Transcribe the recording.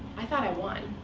i thought i won.